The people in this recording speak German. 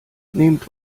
nehmt